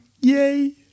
Yay